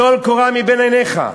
טול קורה מבין עיניך.